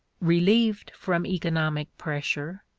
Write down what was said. relieved from economic pressure,